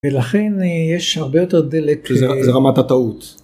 ‫ולכן יש הרבה יותר דלק... ‫-זה רמת הטעות.